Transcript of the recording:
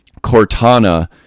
Cortana